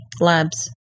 Labs